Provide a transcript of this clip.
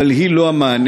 אבל היא לא המענה.